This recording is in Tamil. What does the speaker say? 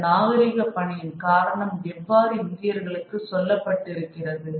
இந்த நாகரீக பணியின் காரணம் எவ்வாறு இந்தியர்களுக்கு சொல்லப்பட்டிருக்கிறது